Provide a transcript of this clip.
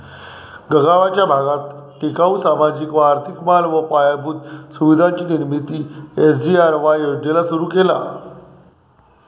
गगावाचा भागात टिकाऊ, सामाजिक व आर्थिक माल व पायाभूत सुविधांची निर्मिती एस.जी.आर.वाय योजनेला सुरु केला